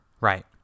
Right